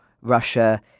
Russia